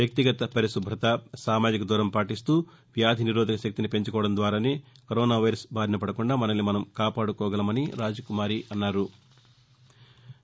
వ్యక్తిగత పరిశుభత సామాజిక దూరం పాటిస్తూ వ్యాధి నిరోధక శక్తిని పెంచుకోవడం ద్వారానే కరోనా వైరస్ బారినపడకుండా మనల్ని మనం కాపాడుకోగలమని రాజకుమారి అన్నారు